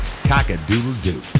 Cock-a-doodle-doo